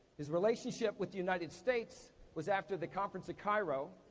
his relationship with the united states was after the conference at cairo.